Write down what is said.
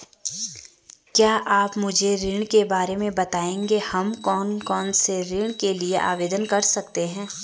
क्या आप मुझे ऋण के बारे में बताएँगे हम कौन कौनसे ऋण के लिए आवेदन कर सकते हैं?